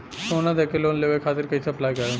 सोना देके लोन लेवे खातिर कैसे अप्लाई करम?